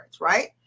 right